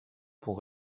pour